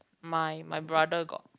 my my brother got